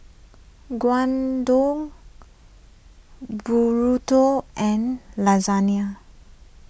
Gyudon Burrito and Lasagne